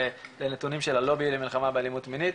נתונים של הלובי למלחמה באלימות מינית,